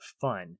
fun